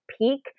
peak